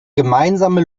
gemeinsame